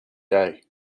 day